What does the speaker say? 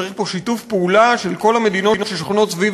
צריך פה שיתוף פעולה של כל המדינות ששוכנות סביב